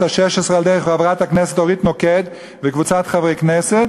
השש-עשרה על-ידי חברת הכנסת אורית נוקד וקבוצת חברי הכנסת,